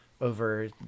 over